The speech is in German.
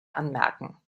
anmerken